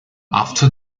after